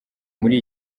muri